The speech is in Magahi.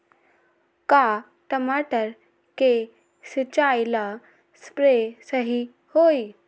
का टमाटर के सिचाई ला सप्रे सही होई?